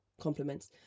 compliments